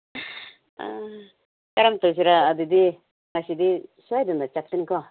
ꯑꯥ ꯀꯔꯝ ꯇꯧꯁꯤꯔ ꯑꯗꯨꯗꯤ ꯉꯁꯤꯗꯤ ꯁꯣꯏꯗꯅ ꯆꯠꯀꯅꯤꯀꯣ